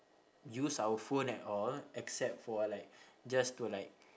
use our phone at all except for like just to like